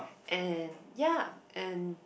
and yeah and